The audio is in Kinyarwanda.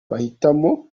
bahitamo